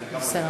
השר,